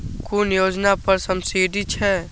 कुन योजना पर सब्सिडी छै?